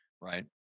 right